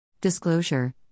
Disclosure